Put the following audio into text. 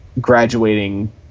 graduating